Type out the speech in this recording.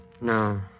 No